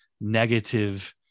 negative